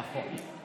נכון.